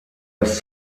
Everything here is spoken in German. erst